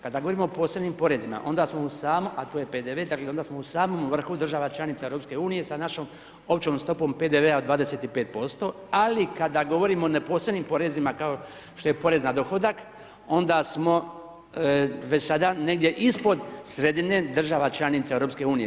Kada govorimo o posebnim porezima, onda smo u samom, a to je PDV, dakle onda smo u samom vrhu država članica EU-a sa našom općom stopom PDV-a 25% ali kada govorimo o ne posebnim porezima kao što je porez na dohodak, onda smo već sada negdje ispod sredine država članica EU-a.